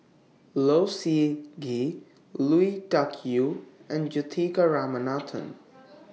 Low Siew Nghee Lui Tuck Yew and Juthika Ramanathan